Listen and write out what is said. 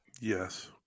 Yes